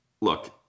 look